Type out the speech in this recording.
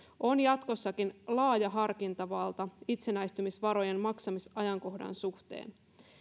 on jatkossakin laaja harkintavalta itsenäistymisvarojen maksamisajankohdan suhteen